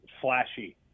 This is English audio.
flashy